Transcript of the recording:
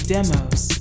Demos